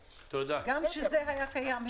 גם כשזה היה הקיים הגבילו.